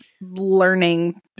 learning